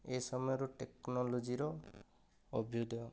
ଏ ସମୟର ଟେକ୍ନୋଲୋଜିର ଅଭିଉଦୟ